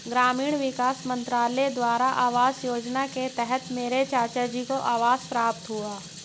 ग्रामीण विकास मंत्रालय द्वारा आवास योजना के तहत मेरे चाचाजी को आवास प्राप्त हुआ